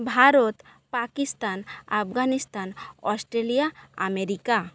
Bharat Pakistan Afghanistan Australia America